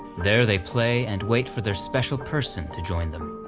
there they play and wait for their special person to join them.